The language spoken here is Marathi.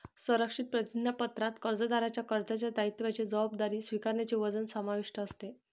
संरक्षित प्रतिज्ञापत्रात कर्जदाराच्या कर्जाच्या दायित्वाची जबाबदारी स्वीकारण्याचे वचन समाविष्ट असते